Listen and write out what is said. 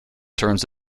terms